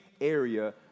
area